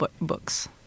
books